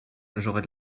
j’aurais